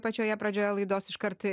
pačioje pradžioje laidos iškart